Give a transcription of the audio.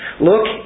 Look